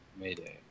Mayday